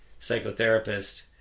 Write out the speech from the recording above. psychotherapist